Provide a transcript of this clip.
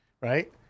Right